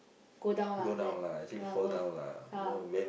go down lah like no lah go and ah